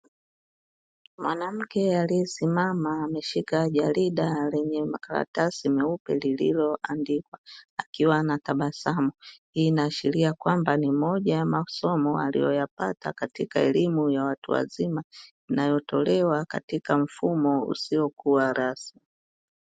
Mwanamke aliyesimama ameshika jarida lenye makaratasi meupe lililo andikwa akiwa na tabasamu, hii inaashiria kwamba ni moja ya masomo aliyoyapata katika elimu ya watu wazima inayotolewa katika mfumo usiokuwa rasmi.